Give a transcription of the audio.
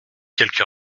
quelque